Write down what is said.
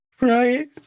Right